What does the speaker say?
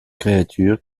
créature